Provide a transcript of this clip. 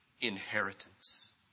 inheritance